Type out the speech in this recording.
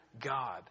God